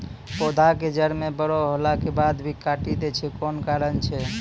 पौधा के जड़ म बड़ो होला के बाद भी काटी दै छै कोन कारण छै?